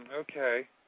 okay